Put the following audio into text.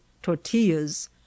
tortillas